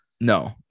No